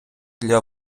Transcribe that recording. для